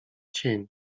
cień